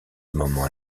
moment